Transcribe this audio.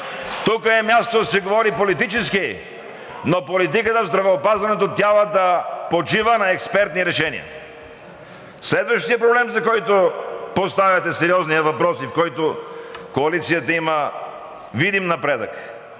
тук е мястото да се говори политически, но политиката в здравеопазването трябва да почива на експертни решения. Следващият проблем, за който поставяте сериозния въпрос и в който Коалицията има видим напредък.